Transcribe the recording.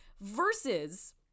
versus